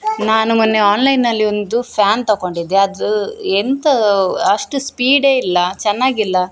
ನಾನು ಮೊನ್ನೆ ಆನ್ಲೈನ್ನಲ್ಲಿ ಒಂದು ಫ್ಯಾನ್ ತಕೊಂಡಿದ್ದೆ ಅದು ಎಂತ ಅಷ್ಟು ಸ್ಪೀಡೇ ಇಲ್ಲ ಚೆನ್ನಾಗಿಲ್ಲ